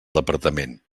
departament